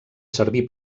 servir